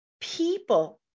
people